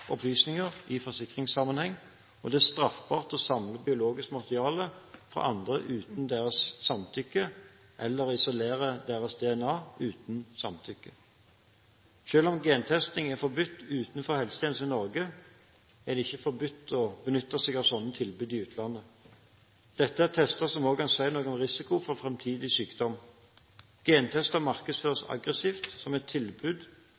opplysninger i forsikringssammenheng, og det er straffbart å samle biologisk materiale fra andre uten deres samtykke eller isolere deres DNA uten samtykke. Selv om gentesting er forbudt utenfor helsetjenesten i Norge, er det ikke forbudt å benytte seg av sånne tilbud i utlandet. Dette er tester som også kan si noe om risikoen for framtidig sykdom. Gentester markedsføres aggressivt som et tilbud